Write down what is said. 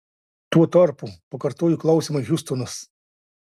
tuo tarpu pakartojo klausimą hjustonas